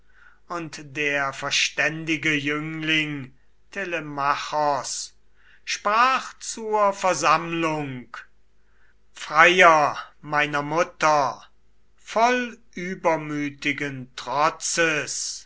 und der verständige jüngling telemachos sprach zur versammlung freier meiner mutter voll übermütigen trotzes